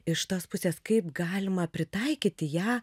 iš tos pusės kaip galima pritaikyti ją